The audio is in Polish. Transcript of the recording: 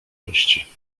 gości